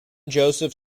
joseph